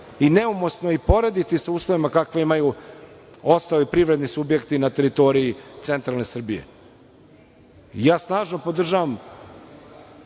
Neumesno je i porediti sa uslovima kakve imaju ostali privredni subjekti na teritoriji centralne Srbije. Ja snažno podržavam